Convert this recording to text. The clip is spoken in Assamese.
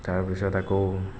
তাৰপিছত আকৌ